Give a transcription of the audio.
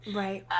right